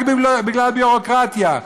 רק בגלל הביורוקרטיה.